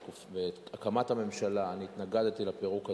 בהקמת הממשלה אני התנגדתי לפירוק הזה,